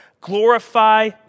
Glorify